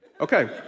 Okay